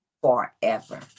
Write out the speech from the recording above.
forever